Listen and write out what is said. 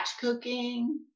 cooking